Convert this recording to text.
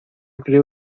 creo